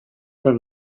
but